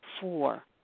four